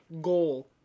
goal